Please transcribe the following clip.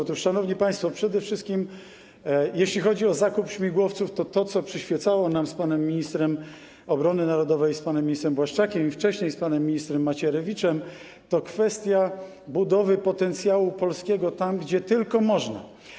Otóż, szanowni państwo, przede wszystkim jeśli chodzi o zakup śmigłowców, to to, co przyświecało nam z panem ministrem obrony narodowej, z panem ministrem Błaszczakiem i wcześniej z panem ministrem Macierewiczem, to kwestia budowy potencjału polskiego tam, gdzie tylko można.